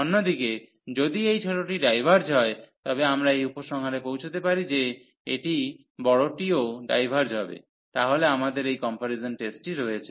অন্যদিকে যদি এই ছোটটি ডাইভার্জ হয় তবে আমরা এই উপসংহারে পৌঁছাতে পারি যে এটি বড়টিও ডাইভার্জ হবে তাহলে আমাদের এই কম্পারিজন টেস্টটি রয়েছে